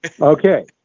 Okay